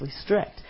strict